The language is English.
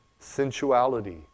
sensuality